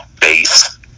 base